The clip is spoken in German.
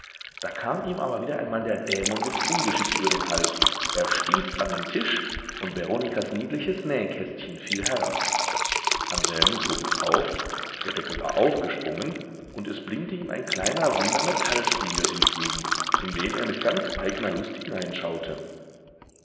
da kam ihm aber wieder einmal der dämon des ungeschicks über den hals er stieß an den tisch und veronikas niedliches nähkästchen fiel herab anselmus hob es auf der deckel war aufgesprungen und es blinkte ihm ein kleiner runder metallspiegel entgegen in den er mit ganz eigner lust